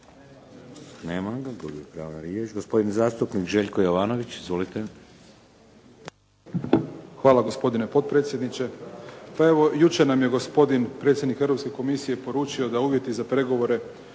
Nema ga. Gubi pravo na riječ. Gospodin zastupnik Željko Jovanović. Izvolite. **Jovanović, Željko (SDP)** Hvala gospodine potpredsjedniče. Pa evo jučer nam je gospodin predsjednik Europske komisije poručio da uvjeti za pregovore